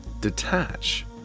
detach